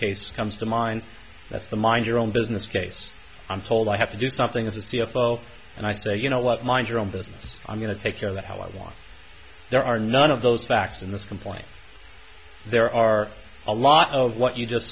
case comes to mind that's the mind your own business case i'm told i have to do something as a c f o and i say you know what mind your own business i'm going to take care of that how i want there are none of those facts in this complaint there are a lot of what you just